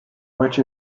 which